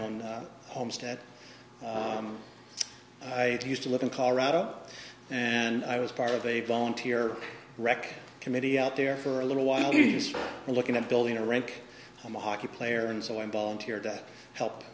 own homestead i used to live in colorado and i was part of a volunteer wreck committee out there for a little while you start looking at building a rank i'm a hockey player and so i volunteered to help